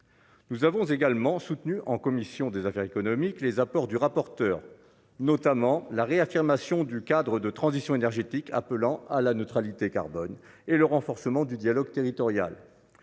Nous avons également soutenu en commission des affaires économiques, les apports du rapporteur, notamment la réaffirmation du cadre de transition énergétique, appelant à la neutralité carbone et le renforcement du dialogue territorial,